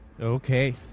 Okay